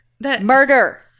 Murder